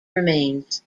remains